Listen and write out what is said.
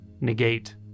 negate